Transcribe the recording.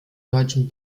deutschen